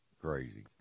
Crazy